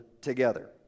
together